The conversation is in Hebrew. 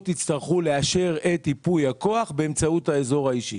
יצטרכו לאשר את ייפוי הכוח באמצעות האזור האישי